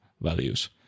values